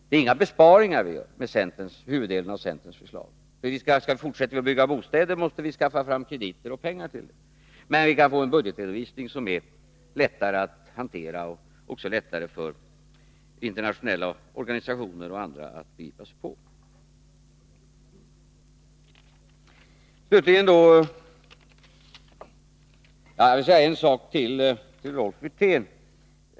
Vi gör inga besparingar med huvuddelen av centerns förslag — fortsätter vi att bygga bostäder, måste vi skaffa fram krediter och pengar till det — men vi kan få en budgetredovisning som är lättare att hantera och också lättare för internationella organisationer och andra att begripa sig på. Jag vill säga en sak till till Rolf Wirtén.